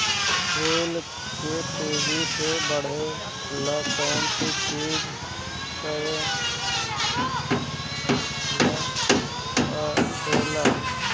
फूल के तेजी से बढ़े ला कौन चिज करे के परेला?